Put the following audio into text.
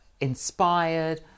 inspired